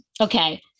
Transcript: Okay